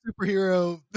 superhero